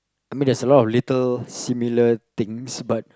I mean there's a lot of little similar things but